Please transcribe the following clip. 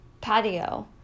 patio